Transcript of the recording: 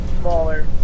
smaller